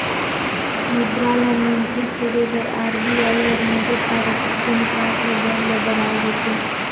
मुद्रा ल नियंत्रित करे बर आर.बी.आई हर नगद आरक्छित अनुपात ले दर ल बढ़ाए देथे